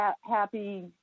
happy